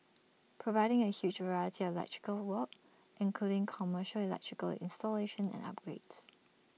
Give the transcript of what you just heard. providing A huge variety of electrical work including commercial electrical installation and upgrades